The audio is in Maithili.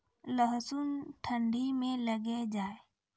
लहसुन ठंडी मे लगे जा?